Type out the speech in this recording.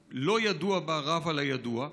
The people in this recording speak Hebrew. שהלא-ידוע בה רב על הידוע.